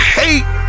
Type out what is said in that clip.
hate